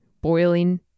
boiling